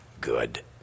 good